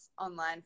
online